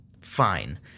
fine